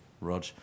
Rog